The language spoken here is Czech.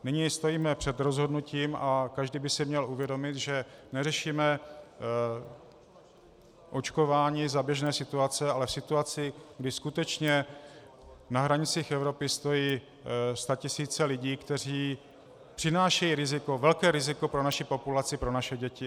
Nyní stojíme před rozhodnutím a každý by si měl uvědomit, že neřešíme očkování za běžné situace, ale v situaci, kdy skutečně na hranicích Evropy stojí statisíce lidí, kteří přinášejí riziko, velké riziko pro naši populaci, pro naše děti.